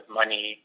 money